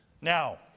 Now